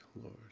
Lord